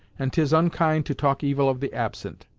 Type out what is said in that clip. and tis unkind to talk evil of the absent.